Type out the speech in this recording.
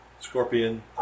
Scorpion